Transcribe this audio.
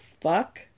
fuck